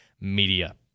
Media